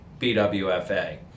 BWFA